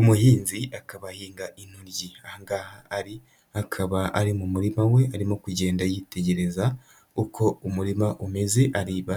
Umuhinzi, akaba ahinga intoryi, aha ngaha ari akaba ari mu murima we, arimo kugenda yitegereza uko umurima umeze areba